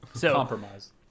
Compromise